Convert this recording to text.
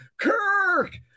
kirk